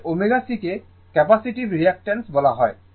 আসলে ω C কে capacitive reactance বলা হয়